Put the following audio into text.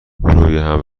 رویهم